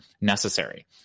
necessary